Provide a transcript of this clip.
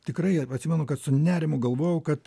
tikrai atsimenu kad su nerimu galvojau kad